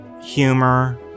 humor